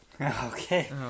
Okay